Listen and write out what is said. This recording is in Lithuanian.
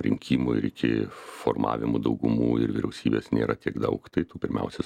rinkimų ir iki formavimo daugumų ir vyriausybės nėra tiek daug tai tu pirmiausia